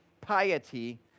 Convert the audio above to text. piety